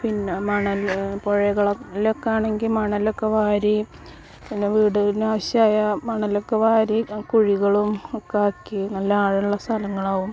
പിന്നെ മണൽ പുഴകളിലൊക്കെയാണെങ്കിൽ മണലൊക്കെ വാരി പിന്നെ വീടിന് ആവശ്യമായ മണലൊക്കെ വാരി കുഴികളും ഒക്കെ ആക്കി നല്ല ആഴമുള്ള സ്ഥലങ്ങളാവും